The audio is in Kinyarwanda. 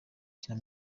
kina